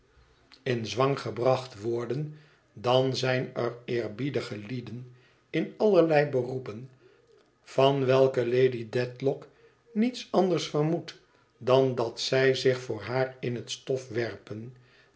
in zwang gebracht worden dan zijn er eerbiedige lieden in allerlei beroepen van welke lady dedlock niets anders vermoedt dan dat zij zich voor haar in het stof werpen